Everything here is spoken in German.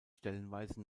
stellenweise